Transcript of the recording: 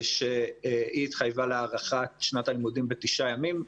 שהיא התחייבה להארכת שנת הלימודים בתשעה ימים,